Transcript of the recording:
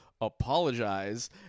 apologize